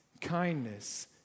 kindness